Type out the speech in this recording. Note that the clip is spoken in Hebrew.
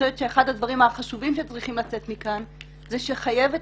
חושבת שאחד הדברים החשובים שצריכים לצאת מכאן הוא שחייבת